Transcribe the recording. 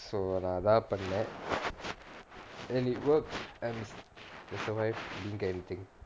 so நான் அதான் பண்ணே:naan athaan pannae and it worked and I survived I didn't get anything